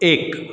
एक